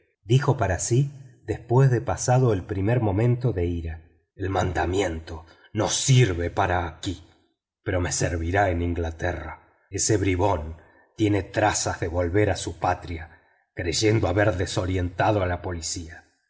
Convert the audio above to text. dijo para sí después de pasado el primer momento de ira el mandamiento no sirve para aquí pero me servirá en inglaterra ese bribón tiene trazas de volver a su patria creyendo haber desorientado a la policía